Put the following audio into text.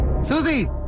Susie